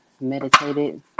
Meditated